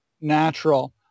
natural